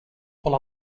pull